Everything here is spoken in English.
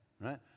right